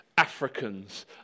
Africans